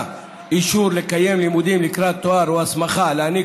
אישור לקיים לימודים לקראת תואר או הסמכה להעניק